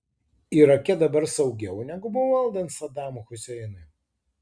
irake dabar saugiau negu buvo valdant sadamui huseinui